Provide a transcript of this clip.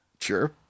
Sure